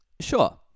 sure